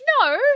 no